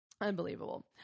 Unbelievable